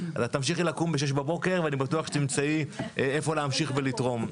אז את תמשיכי לקום בשש בבוקר ואני בטוח שתמצאי איפה להמשיך ולתרום.